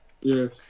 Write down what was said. Yes